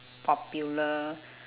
popular